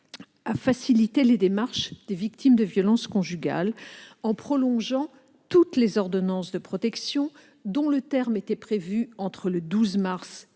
à faciliter les démarches des victimes de violences conjugales en prolongeant toutes les ordonnances de protection dont le terme était prévu entre le 12 mars et la